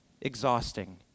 exhausting